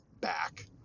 back